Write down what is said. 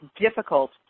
difficult